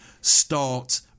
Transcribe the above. Start